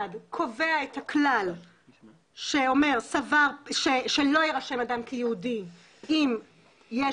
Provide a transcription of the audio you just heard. קובע את הכלל שאומר שלא יירשם אדם כיהודי אם יש